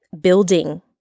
building